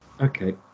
okay